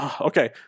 okay